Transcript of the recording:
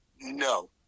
No